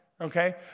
okay